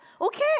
Okay